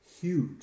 huge